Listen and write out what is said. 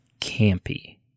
campy